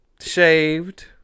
shaved